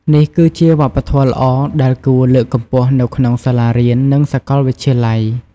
នេះគឺជាវប្បធម៌ល្អដែលគួរលើកកម្ពស់នៅក្នុងសាលារៀន និងសាកលវិទ្យាល័យ។